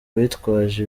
bitwaje